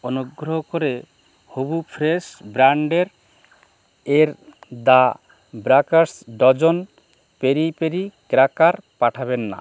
অনুগ্রহ করে হুভু ফ্রেশ ব্র্যান্ডের এর the bakers dozen peri peri cracker পাঠাবেন না